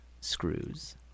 screws